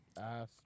ass